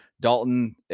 Dalton